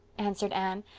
answered anne,